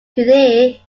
today